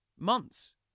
Months